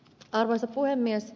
arvoisa puhemies